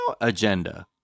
agenda